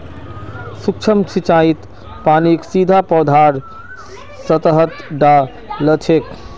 सूक्ष्म सिंचाईत पानीक सीधा पौधार सतहत डा ल छेक